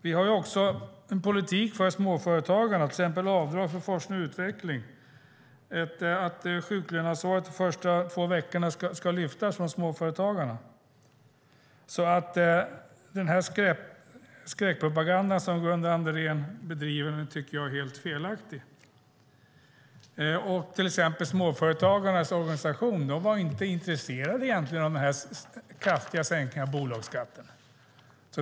Vi har en politik för småföretagarna, till exempel avdrag för forskning och utveckling. Det handlar exempelvis om att sjuklöneansvaret för de första två veckorna ska lyftas från småföretagarna. Den skräckpropaganda som Gunnar Andrén bedriver tycker jag är helt felaktig. Småföretagarnas organisation, till exempel, var egentligen inte intresserade av den kraftiga sänkningen av bolagsskatten.